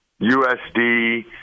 USD